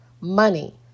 money